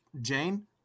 Jane